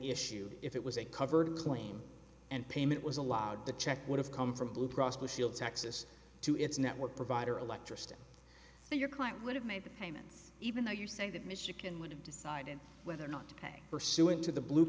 issued if it was a covered claim and payment was allowed the check would have come from blue cross blue shield texas to its network provider electricity so your client would have made the payments even though you say that michigan would have decided whether or not to pay pursuant to the blue